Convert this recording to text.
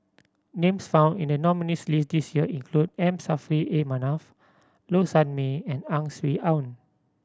names found in the nominees' list this year include M Saffri A Manaf Low Sanmay and Ang Swee Aun